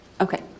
Okay